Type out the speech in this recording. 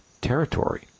territory